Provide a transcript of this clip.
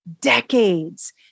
decades